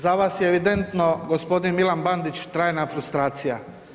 Za vas je evidentno gospodin Milan Bandić trajna frustracija.